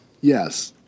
Yes